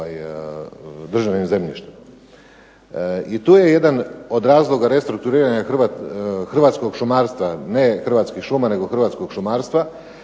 hrvatskog šumarstva